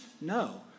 No